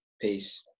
Peace